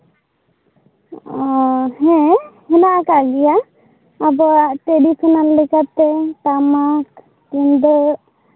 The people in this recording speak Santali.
ᱦᱮᱸ ᱦᱮᱱᱟᱜ ᱟᱠᱟᱜ ᱜᱮᱭᱟ ᱟᱵᱚᱣᱟᱜ ᱴᱨᱮᱰᱤᱥᱳᱱᱟᱞ ᱞᱮᱠᱟᱛᱮ ᱴᱟᱢᱟᱠ ᱛᱩᱢᱫᱟᱜ